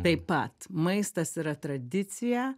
taip pat maistas yra tradicija